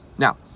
Now